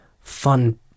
fun